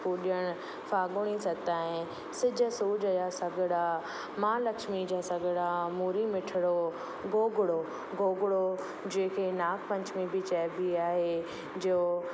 उहो ॾिणु फागुड़ी सतहि सॼा सोज या सगिड़ा महालक्ष्मी जा सगिड़ा मूरी मिठड़ो गोगड़ो गोगड़ो जेके नागपंचमी बि चइबी आहे जो